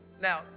Now